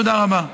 תודה רבה.